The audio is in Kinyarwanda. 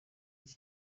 iki